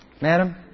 madam